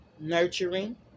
nurturing